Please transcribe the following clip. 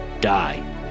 die